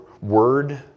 word